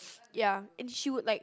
ya and she would like